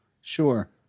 Sure